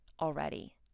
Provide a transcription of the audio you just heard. already